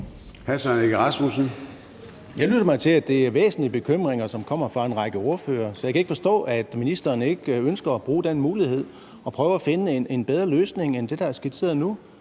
Jeg lytter mig til, at det er væsentlige bekymringer, som kommer fra en række ordførere. Så jeg kan ikke forstå, at ministeren ikke ønsker at bruge den mulighed og prøve at finde en bedre løsning end det, der er skitseret nu.